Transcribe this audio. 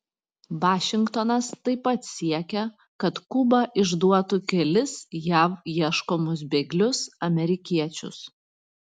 vašingtonas taip pat siekia kad kuba išduotų kelis jav ieškomus bėglius amerikiečius